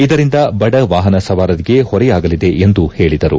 ಇದರಿಂದ ಬಡ ವಾಹನ ಸವಾರರಿಗೆ ಹೊರೆಯಾಗಲಿದೆ ಎಂದು ಹೇಳಿದರು